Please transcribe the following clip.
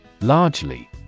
Largely